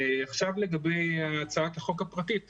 עכשיו לגבי הצעת החוק הפרטית,